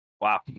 Wow